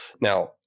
now